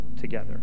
together